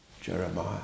Jeremiah